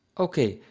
ok,